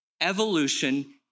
Evolution